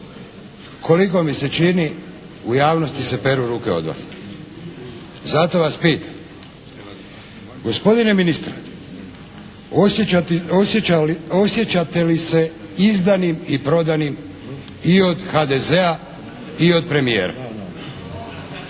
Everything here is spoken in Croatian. koliko mi se čini u javnosti se peru ruke od vas. Zato vas pitam gospodine ministre osjećate li se izdanim i prodanim i od HDZ-a i od premijera?